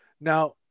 Now